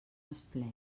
esplet